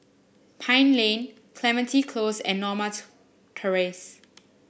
Pine Lane Clementi Close and Norma Terrace